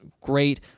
great